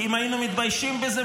כי אם היינו מתביישים בזה,